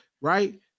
right